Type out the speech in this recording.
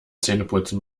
zähneputzen